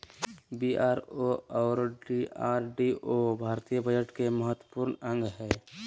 BRO और DRDO भारतीय budget के महत्वपूर्ण अंग हय